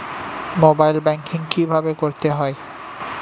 Mobile banking কীভাবে করতে হয়?